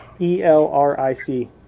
E-L-R-I-C